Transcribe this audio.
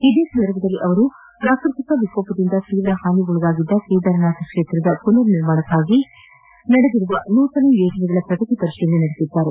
ಇದೇ ಸಂದರ್ಭದಲ್ಲಿ ಅವರು ಪ್ರಾಕೃತಿಕ ವಿಕೋಪದಿಂದ ತೀವ್ರ ಹಾನಿಗೊಳಗಾಗಿದ್ದ ಕೇದಾರನಾಥ ಕ್ಷೇತ್ರದ ಮನರ್ ನಿರ್ಮಾಣಕ್ಕಾಗಿ ನೂತನ ಯೋಜನೆಗಳ ಪ್ರಗತಿ ಪರಿಶೀಲನೆ ನಡೆಸುತ್ತಾರೆ